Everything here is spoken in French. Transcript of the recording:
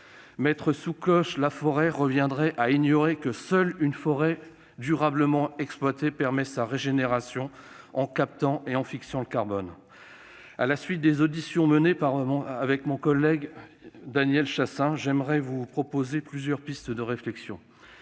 Mettre sous cloche la forêt reviendrait pourtant à ignorer que seule son exploitation durable permet sa régénération, en captant et en fixant le carbone. À la suite des auditions menées avec mon collègue Daniel Chasseing, je vous propose plusieurs pistes de réflexion.